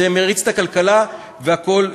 זה מריץ את הכלכלה והכול.